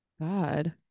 God